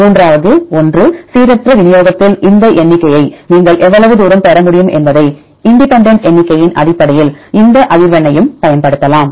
மூன்றாவது ஒன்று சீரற்ற விநியோகத்தில் இந்த எண்ணிக்கையை நீங்கள் எவ்வளவு தூரம் பெற முடியும் என்பதை இண்டிபெண்டன்ட் எண்ணிக்கையின் அடிப்படையில் இந்த அதிர்வெண்ணையும் பயன்படுத்தலாம்